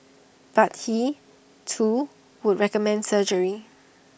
but he too would recommend surgery